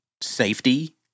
safety